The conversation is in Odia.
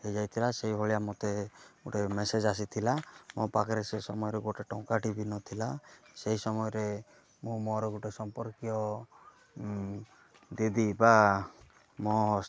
ହୋଇଯାଇଥିଲା ସେଇଭଳିଆ ମୋତେ ଗୋଟେ ମେସେଜ୍ ଆସିଥିଲା ମୋ ପାଖରେ ସେ ସମୟରେ ଗୋଟେ ଟଙ୍କାଟେ ବି ନଥିଲା ସେଇ ସମୟରେ ମୁଁ ମୋର ଗୋଟେ ସମ୍ପର୍କୀୟ ଦିଦି ବା ମୋ